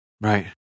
Right